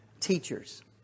teachers